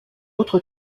autre